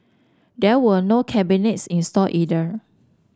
there were no cabinets installed either